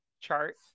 chart